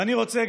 ואני רוצה,